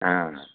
हाँ